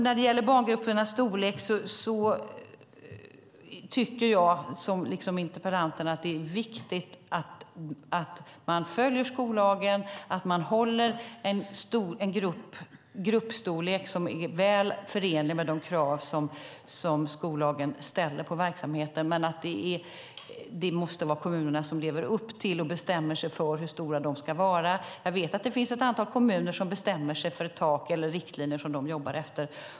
När det gäller barngruppernas storlek tycker jag, som interpellanterna, att det är viktigt att man följer skollagen och håller en gruppstorlek som är väl förenlig med de krav som skollagen ställer på verksamheten. Men kommunerna måste leva upp till det och bestämma sig för hur stora grupperna ska vara. Jag vet att det finns ett antal kommuner som bestämmer sig för ett tak eller riktlinjer som de jobbar efter.